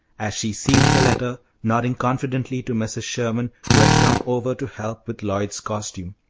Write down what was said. as she sealed the letter, nodding confidently to mrs. sherman, who had come over to help with lloyd's costume.